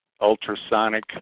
ultrasonic